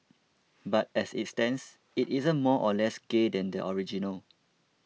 but as it stands it isn't more or less gay than the original